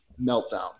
meltdown